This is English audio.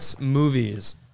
movies